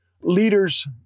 leaders